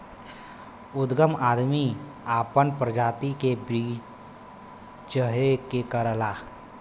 उदगम आदमी आपन प्रजाति के बीच्रहे के करला